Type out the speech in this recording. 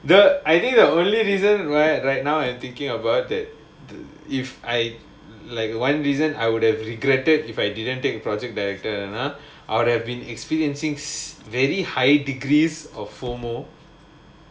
the I think the only reason right right now I'm thinking about it if I like one reason I would have regretted if I didn't take project director ah I would have been experiencing very high degrees of F_O_M_O